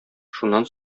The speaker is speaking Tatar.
шуннан